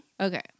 Okay